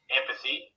empathy